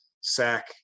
sack